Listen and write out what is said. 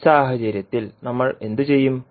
ഈ സാഹചര്യത്തിൽ നമ്മൾ എന്തു ചെയ്യും